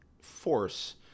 force